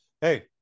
hey